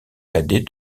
cadet